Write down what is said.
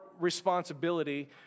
responsibility